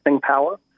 power